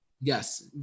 Yes